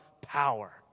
power